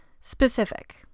Specific